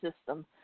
system